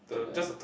to the